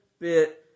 bit